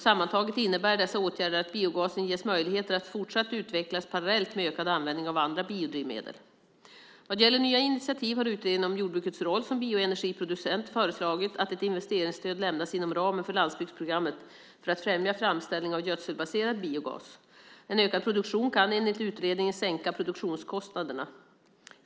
Sammantaget innebär dessa åtgärder att biogasen ges möjligheter att fortsatt utvecklas parallellt med ökad användning av andra biodrivmedel. Vad gäller nya initiativ har utredningen om jordbrukets roll som bioenergiproducent föreslagit att ett investeringsstöd lämnas inom ramen för landsbygdsprogrammet för att främja framställning av gödselbaserad biogas. En ökad produktion kan enligt utredningen sänka produktionskostnaderna.